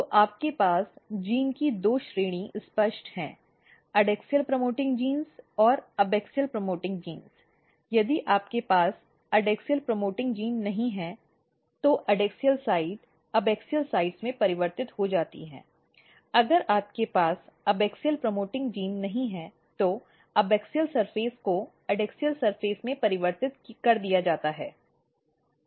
तो आपके पास जीन की दो श्रेणी स्पष्ट है एडैक्सियल प्रमोटिंग जीन और एबैक्सियल प्रमोटिंग जीन यदि आपके पास एडैक्सियल प्रमोटिंग जीन नहीं हैं तो एडैक्सियल साइड एबैक्सियल साइड में परिवर्तित हो जाती है अगर आपके पास एबॅक्सिअल प्रमोशन जीन नहीं है तो एबैक्सियल सतह को एडैक्सियल सतह में परिवर्तित कर दिया जाता है